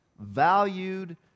valued